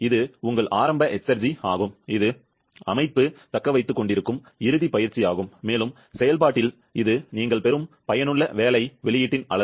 இது உங்கள் ஆரம்ப எஸ்ர்ஜி ஆகும் இது கணினி தக்கவைத்துக்கொண்டிருக்கும் இறுதிப் பயிற்சியாகும் மேலும் செயல்பாட்டில் இது நீங்கள் பெறும் பயனுள்ள வேலை வெளியீட்டின் அளவு